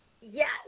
Yes